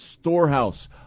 storehouse